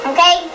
Okay